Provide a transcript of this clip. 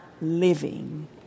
living